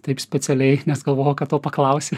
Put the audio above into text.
taip specialiai nes galvojau kad to paklausi